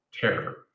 terror